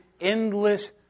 endless